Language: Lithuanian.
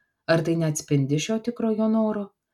ar tai neatspindi šio tikrojo noro